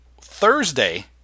Thursday